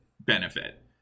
benefit